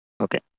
Okay